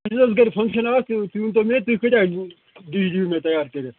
اَسہِ اوس گَرِ فَنٛکشَن اکھ تُہۍ ؤنۍتو مےٚ تُہۍ کۭتیاہ دۅہۍ دِیِو مےٚ تیار کٔرِتھ